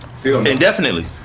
Indefinitely